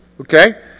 Okay